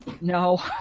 No